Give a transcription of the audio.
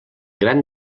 gran